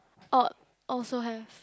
uh also have